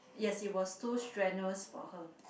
yes it was too strenuous for her